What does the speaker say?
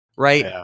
right